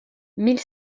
mille